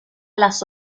las